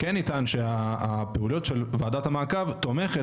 כן נטען שהפעולות של ועדת המעקב תומכת